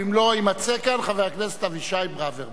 ואם לא יימצא כאן, חבר הכנסת אבישי ברוורמן.